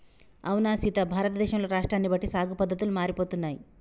అవునా సీత భారతదేశంలో రాష్ట్రాన్ని బట్టి సాగు పద్దతులు మారిపోతున్నాయి